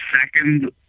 second